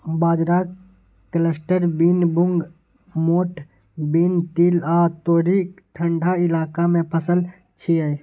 बाजरा, cluster bean, मूंग, मोठ बीन, तिल आ तोरी ठंढा इलाका के फसल छियै